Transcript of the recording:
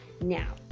now